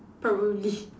probably